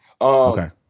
Okay